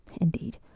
Indeed